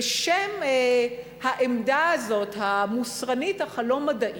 בשם העמדה הזאת, המוסרנית אך הלא-מדעית,